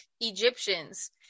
Egyptians